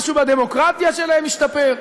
משהו בדמוקרטיה שלהם השתפר?